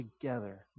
together